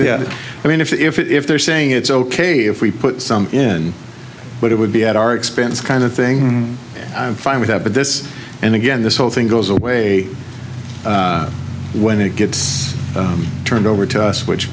yeah i mean if they're saying it's ok if we put some in but it would be at our expense kind of thing i'm fine with that but this and again this whole thing goes away when it gets turned over to us which